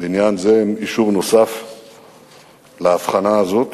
בעניין זה הם אישור נוסף להבחנה הזו,